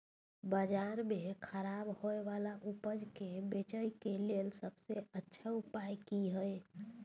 बाजार में खराब होय वाला उपज के बेचय के लेल सबसे अच्छा उपाय की हय?